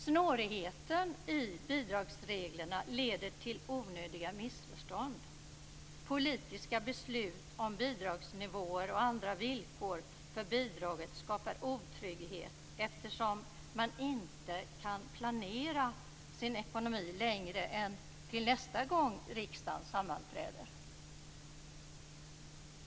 Snårigheten i bidragsreglerna leder till onödiga missförstånd. Politiska beslut om bidragsnivåer och andra villkor för bidraget skapar otrygghet, eftersom man inte kan planera sin ekonomi längre än till nästa gång riksdagen sammanträder.